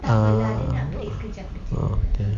ah okay